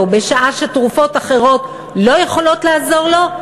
בשעה שתרופות אחרות לא יכולות לעזור לו,